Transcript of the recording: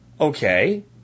Okay